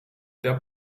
der